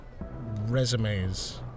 resumes